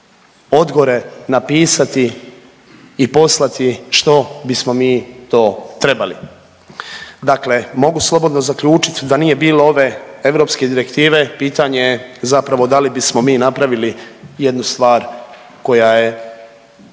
od gore napisati i poslati što bismo mi to trebali. Dakle mogu slobodno zaključit da nije bilo ove europske direktive pitanje je zapravo da li bismo mi napravili jednu stvar koja je